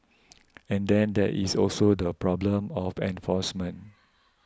and then there is also the problem of enforcement